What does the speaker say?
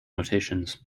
notations